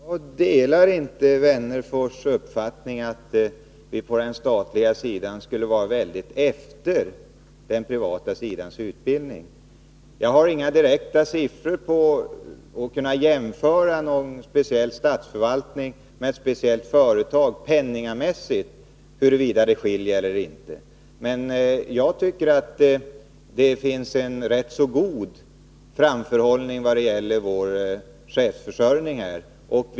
Herr talman! Jag delar inte Alf Wennerfors uppfattning att vi på den statliga sidan skulle vara så väldigt efter den privata sidan när det gäller utbildning. Jag har inga siffror för att kunna direkt jämföra någon speciell statsförvaltning med något speciellt företag och se huruvida det skiljer mellan dem eller inte. Jag tycker dock att det finns en rätt god framförhållning vad gäller vår chefsförsörjning.